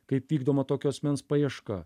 kaip vykdoma tokio asmens paieška